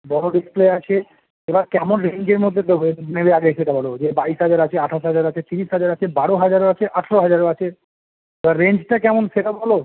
বড়ো ডিসপ্লে আছে এবার কেমন রেঞ্জের মধ্যে দেবো তুমি আগে সেটা বলো যে বাইশ হাজার আছে আঠাশ হাজার আছে তিরিশ হাজার আছে বারো হাজারও আছে আঠেরো হাজারও আছে এবার রেঞ্জটা কেমন সেটা বলো